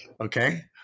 okay